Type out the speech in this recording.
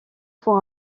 pour